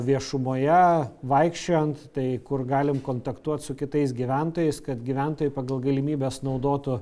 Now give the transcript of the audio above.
viešumoje vaikščiojant tai kur galim kontaktuot su kitais gyventojais kad gyventojai pagal galimybes naudotų